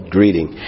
Greeting